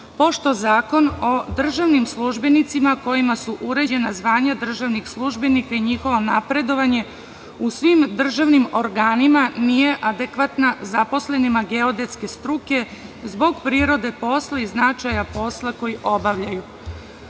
pošto Zakon o državnim službenicima kojima su uređena zvanja državnih službenika i njihovo napredovanje u svim državnim organima nije adekvatno zaposlenima geodetske struke zbog prirode posla i značaja posla koji obavljaju.